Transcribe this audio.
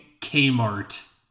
Kmart